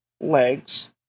legs